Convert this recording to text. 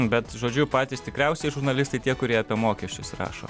bet žodžiu patys tikriausiai žurnalistai tie kurie apie mokesčius rašo